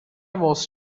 was